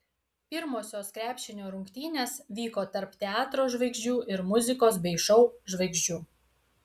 pirmosios krepšinio rungtynės vyko tarp teatro žvaigždžių ir muzikos bei šou žvaigždžių